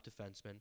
defenseman